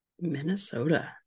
Minnesota